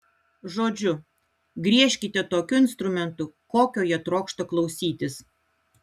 žodžiu griežkite tokiu instrumentu kokio jie trokšta klausytis